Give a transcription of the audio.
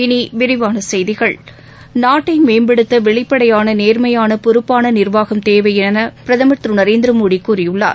இனி விரிவான செய்திகள் நாட்டை மேம்படுத்த வெளிப்படையான நேர்மையான பொறுப்பான நிர்வாகம் தேவை என பிரதமர் திரு நரேந்திரமோடி கூறியுள்ளார்